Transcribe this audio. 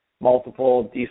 multiple